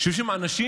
כשיושבים שם האנשים,